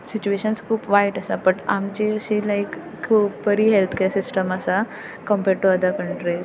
situation खूब वायट आसा पूण आमची अशी लायक खूब बरी हॅल्थ कॅर सिस्टम आसा कम्पॅर टू अदर कंट्रीज